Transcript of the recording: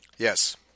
Yes